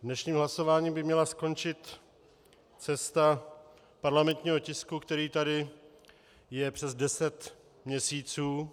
Dnešním hlasováním by měla skončit cesta parlamentního tisku, který tady je přes deset měsíců.